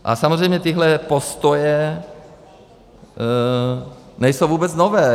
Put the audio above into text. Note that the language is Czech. A samozřejmě tyhle postoje nejsou vůbec nové.